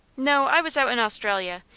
no i was out in australia.